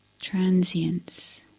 transience